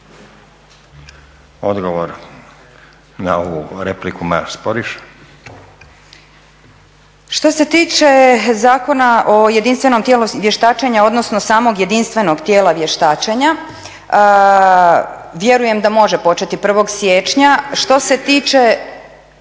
Odgovor na ovu repliku, Maja Sporiš. **Sporiš, Maja** Što se tiče Zakona o jedinstvenom tijelu vještačenja, odnosno samog jedinstvenog tijela vještačenja vjerujem da može početi 1. siječnja. Što se tiče